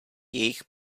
jejich